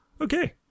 okay